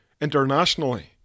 internationally